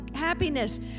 happiness